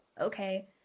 okay